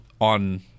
on –